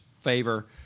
favor